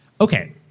Okay